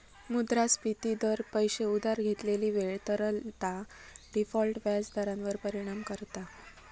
मुद्रास्फिती दर, पैशे उधार घेतलेली वेळ, तरलता, डिफॉल्ट व्याज दरांवर परिणाम करता